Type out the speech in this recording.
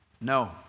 No